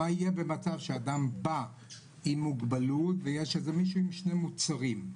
מה יהיה במצב שאדם בא עם מוגבלות ויש מישהו עם שני מוצרים,